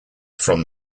from